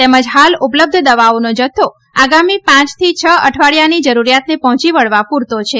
તેમજ હાલ ઉપલબ્ધ દવાઓનો જથ્થો આગામી પ થી ક અઠવાડીયાની જરૂરીયાતને પહોંચી વળવા પૂરતો છે